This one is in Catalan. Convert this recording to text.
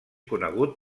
conegut